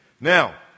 Now